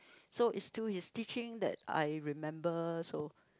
so is to his teaching that I remember so